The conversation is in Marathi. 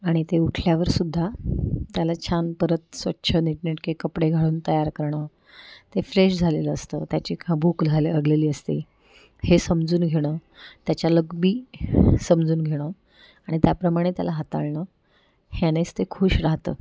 आणि ते उठल्यावर सुद्धा त्याला छान परत स्वच्छ नीटनेटके कपडे घालून तयार करणं ते फ्रेश झालेलं असतं त्याची का भूक असते हे समजून घेणं त्याच्या लकबी समजून घेणं आणि त्याप्रमाणे त्याला हाताळणं ह्यानेच ते खुश राहतं